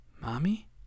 Mommy